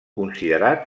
considerat